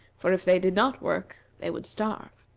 for if they did not work they would starve.